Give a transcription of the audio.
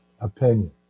opinion